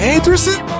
Anderson